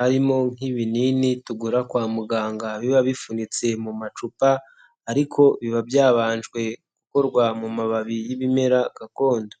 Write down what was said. harimo nk'ibinini tugura kwa muganga biba bipfunitse mu macupa ariko biba byabanjwe gukorwa mu mababi y'ibimera gakondo.